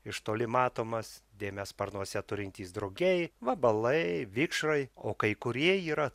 iš toli matomas dėmes sparnuose turintys drugiai vabalai vikšrai o kai kurie yra